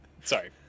Sorry